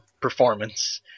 performance